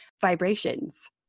vibrations